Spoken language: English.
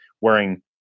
wearing